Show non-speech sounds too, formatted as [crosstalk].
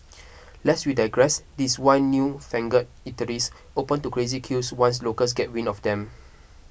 [noise] lest we digress this why newfangled eateries open to crazy queues once locals get wind of them